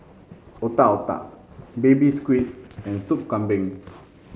Otak Otak Baby Squid and Sup Kambing